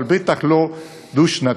אבל בטח לא דו-שנתי.